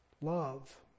Love